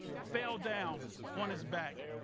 fell down on his back,